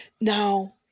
Now